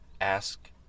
ask